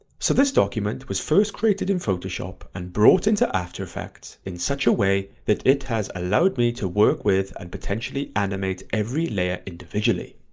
so this document was first created in photoshop and brought into after effects in such a way that it has allowed me to work with and potentially animate every layer individually.